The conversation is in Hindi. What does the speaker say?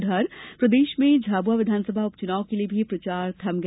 उधर प्रदेश में झाबुआ विधानसभा उप चुनाव के लिए भी प्रचार आज शाम थम गया